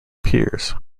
piers